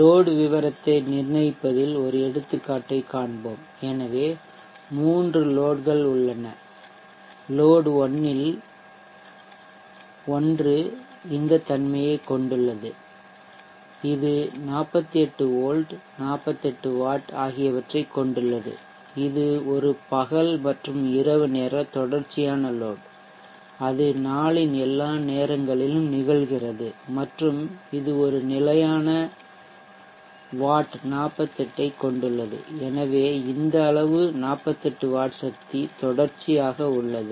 load விவரத்தை நிர்ணயிப்பதில் ஒரு எடுத்துக்காட்டைக் காண்போம் எனவே மூன்று லோட்கள் உள்ளன லோட் 1 இல் ஒன்று இந்த தன்மையைக் கொண்டுள்ளது இது 48 வோல்ட் 48 வாட் ஆகியவற்றைக் கொண்டுள்ளது இது ஒரு பகல் மற்றும் இரவு நேர தொடர்ச்சியான லோட் அது நாளின் எல்லா நேரங்களிலும் நிகழ்கிறது மற்றும் இது ஒரு நிலையான வாட் 48 ஐக் கொண்டுள்ளது எனவே இந்த அளவு 48 வாட் சக்தி தொடர்ச்சியாக உள்ளது